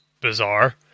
bizarre